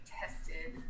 tested